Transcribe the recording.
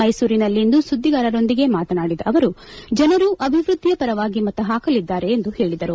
ಮೈಸೂರಿನಲ್ಲಿಂದು ಸುದ್ದಿಗಾರರೊಂದಿಗೆ ಮಾತನಾಡಿದ ಅವರು ಜನರು ಅಭಿವೃದ್ಧಿಯ ಪರವಾಗಿ ಮತ ಪಾಕಲಿದ್ದಾರೆ ಎಂದು ಹೇಳಿದರು